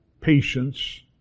patience